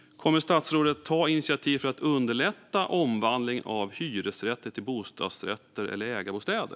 Kommer statsrådet att ta initiativ för att underlätta omvandlingen av hyresrätter till bostadsrätter eller ägarbostäder?